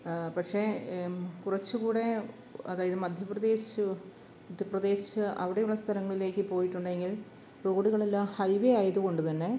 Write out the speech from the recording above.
പക്ഷേ കുറച്ച് കൂടെ അതായത് മധ്യപ്രദേശ് മധ്യപ്രദേശ് അവിടെ ഉള്ള സ്ഥലങ്ങളിലേക്ക് പോയിട്ടുണ്ടെങ്കിൽ റോഡുകളെല്ലാം ഹൈവേ ആയതുകൊണ്ട് തന്നെ